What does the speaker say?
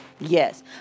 Yes